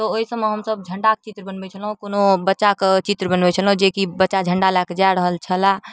तऽ ओहिसबमे हमसभ झण्डाके चित्र बनबै छलहुँ कोनो बच्चाके चित्र बनबै छलहुँ जेकि बच्चा झण्डा लऽ कऽ जा रहल छलै